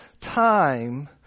time